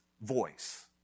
voice